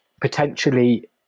potentially